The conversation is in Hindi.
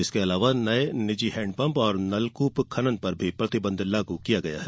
इसके अलावा नये निजी हेडपंप और नलकूप खनन पर भी प्रतिबंध लागू किया गया है